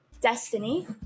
Destiny